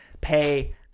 pay